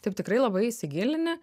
taip tikrai labai įsigilini